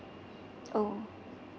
oh